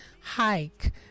hike